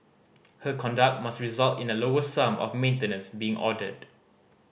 her conduct must result in a lower sum of maintenance being ordered